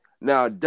Now